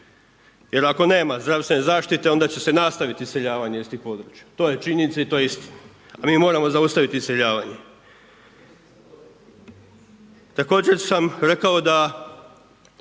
Jer ako nema zdravstvene zaštite, onda će se nastaviti iseljavanje iz tih područja. To je činjenica i to je istina, a mi moramo zaustaviti iseljavanje. Također sam rekao da